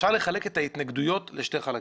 אפשר לחלק את ההתנגדויות לשני חלקים.